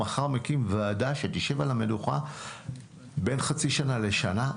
מחר אני מקים ועדה שתשב על המדוכה בין חצי שנה לשנה,